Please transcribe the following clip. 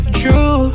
true